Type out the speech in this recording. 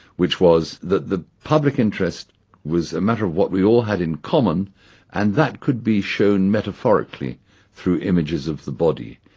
which was that the public interest was a matter of what we all had in common and that could be shown metaphorically through images of the body.